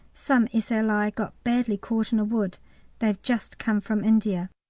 some s l i. got badly caught in a wood they've just come from india.